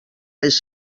les